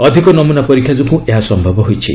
ଅଧିକ ନମୁନା ପରୀକ୍ଷା ଯୋଗୁଁ ଏହା ସମ୍ଭବ ହୋଇଛି